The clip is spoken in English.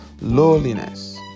lowliness